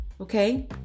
okay